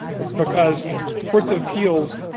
it's because courts of appeals,